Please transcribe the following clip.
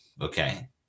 okay